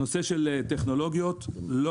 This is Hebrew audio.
של טכנולוגיות ודיגיטציה.